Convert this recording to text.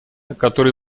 которые